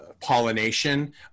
pollination